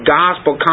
gospel